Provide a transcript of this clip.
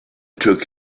took